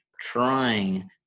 trying